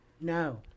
No